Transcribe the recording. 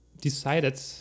decided